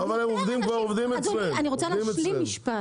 --- אבל עובדים אצלם --- דודי אני רוצה להשלים משפט.